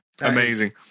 Amazing